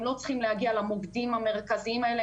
הם לא צריכים להגיע למוקדים המרכזיים האלה,